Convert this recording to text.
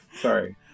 sorry